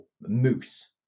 moose